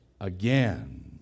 again